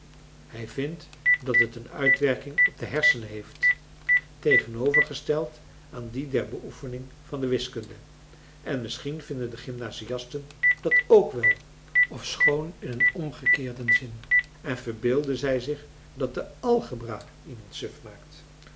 hij vindt dat het een uitwerking op hersenen heeft tegenovergesteld aan die der beoefening van de wiskunde en misschien vinden de gymnasiasten dat k wel ofschoon in een omgekeerden zin en verbeelden zij zich dat de àlgebra iemand suf maakt